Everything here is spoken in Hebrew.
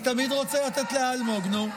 אני תמיד רוצה לתת לאלמוג, נו.